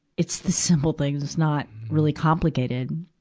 it's the simple things, not really complicated.